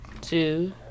Two